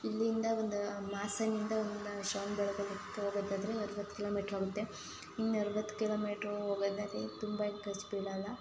ಇಲ್ಲಿಂದ ಒಂದು ಹಾಸನದಿಂದ ಒಂದು ಶ್ರವಣಬೆಳಗೊಳಕ್ಕೆ ಹೋಗೋದಾದ್ರೆ ಅರವತ್ತು ಕಿಲೋಮೀಟ್ರ್ ಆಗುತ್ತೆ ಇನ್ನೂ ಅರವತ್ತು ಕಿಲೋಮೀಟ್ರ್ ಹೋಗೋದಾದ್ರೆ ತುಂಬ ಏನೂ ಖರ್ಚು ಬೀಳೋಲ್ಲ